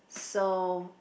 so